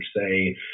say –